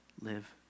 live